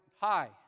Hi